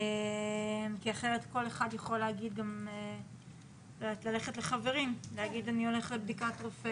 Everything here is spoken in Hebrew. כי אחרת כל אחד יכול ללכת לחברים ולהגיד שהוא הולך לבדיקה רפואית.